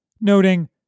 noting